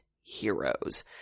heroes